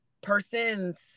persons